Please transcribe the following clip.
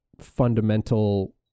fundamental